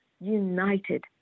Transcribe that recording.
united